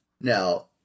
Now